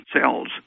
cells